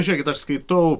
žiūrėkit aš skaitau